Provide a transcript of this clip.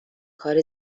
کار